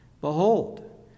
Behold